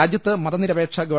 രാജ്യത്ത് മതനിരപേക്ഷ ഗവ